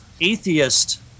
atheist